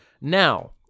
Now